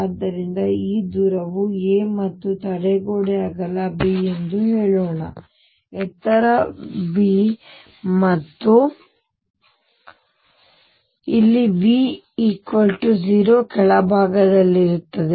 ಆದ್ದರಿಂದ ಈ ದೂರವು a ಮತ್ತು ತಡೆಗೋಡೆ ಅಗಲ b ಎಂದು ಹೇಳೋಣ ಎತ್ತರ V ಮತ್ತು ಇಲ್ಲಿ V 0 ಕೆಳಭಾಗದಲ್ಲಿರುತ್ತದೆ